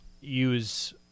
use